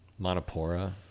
Monopora